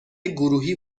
گروهی